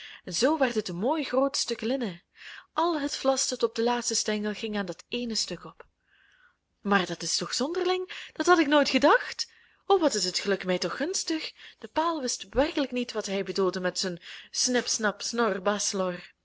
en zoo werd het een mooi groot stuk linnen al het vlas tot op den laatsten stengel ging aan dat ééne stuk op maar dat is toch zonderling dat had ik nooit gedacht o wat is het geluk mij toch gunstig de paal wist werkelijk niet wat hij bedoelde met zijn snip snap snor